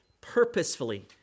purposefully